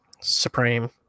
supreme